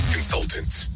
Consultants